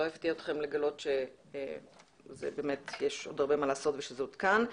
יפתיע אתכם לגלות שבאמת יש עוד הרבה מה לעשות ושזה עוד כאן.